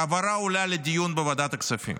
ההעברה עולה לדיון בוועדת הכספים.